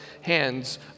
hands